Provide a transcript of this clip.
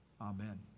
Amen